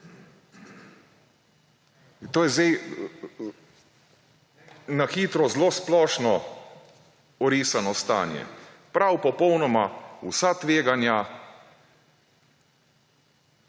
To je zdaj, na hitro, zelo splošno orisano stanje. Prav popolnoma vsa tveganja